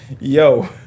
yo